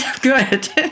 Good